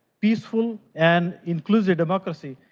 peaceful, and inclusive democracy,